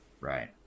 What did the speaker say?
Right